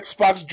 Xbox